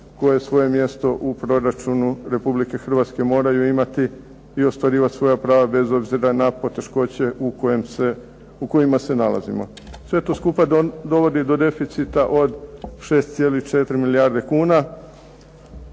koje svoje mjesto u proračunu Republike Hrvatske moraju imati i ostvarivati svoja prava bez obzira na poteškoće u kojima se nalazimo. Sve to skupa dovodi do deficita od 6,4 milijarde kuna